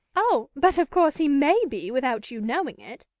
oh! but, of course, he may be, without you knowing it.